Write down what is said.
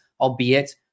albeit